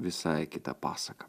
visai kita pasaka